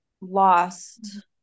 lost